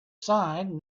sign